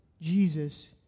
Jesus